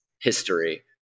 history